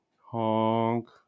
Honk